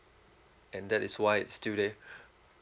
and that is why it's still there